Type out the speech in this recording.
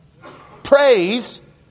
Praise